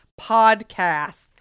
podcasts